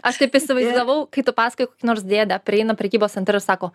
aš taip įsivaizdavau kai tu pasakojai kokį nors dėdę prieina prekybos centre ir sako